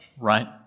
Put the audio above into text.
right